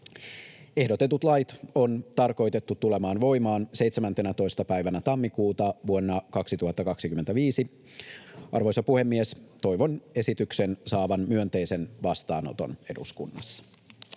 Ehdotetut lait on tarkoitettu tulemaan voimaan 17. tammikuuta vuonna 2025. Arvoisa puhemies! Toivon esityksen saavan myönteisen vastaanoton eduskunnassa.